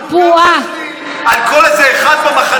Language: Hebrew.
על כל איזה אחד במחנה שלך שיגיד איזו אמירה,